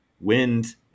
wind